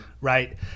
right